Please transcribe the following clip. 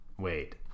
wait